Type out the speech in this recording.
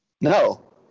No